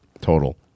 total